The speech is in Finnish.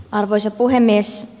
arvoisa puhemies